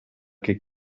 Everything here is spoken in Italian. che